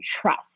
trust